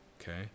Okay